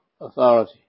authority